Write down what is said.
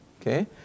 okay